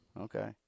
Okay